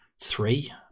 Three